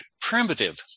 primitive